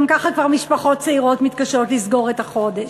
גם ככה כבר משפחות צעירות מתקשות לסגור את החודש.